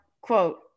quote